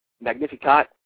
Magnificat